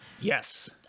Yes